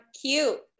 cute